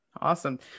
Awesome